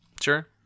sure